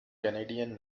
canadian